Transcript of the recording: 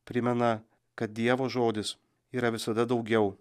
primena kad dievo žodis yra visada daugiau